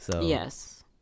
Yes